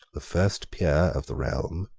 the first peer of the realm,